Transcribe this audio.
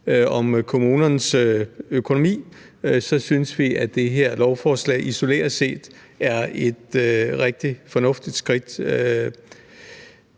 om kommunernes økonomi, synes vi, at det lovforslag, som vi behandler her, isoleret set er et rigtig fornuftigt skridt.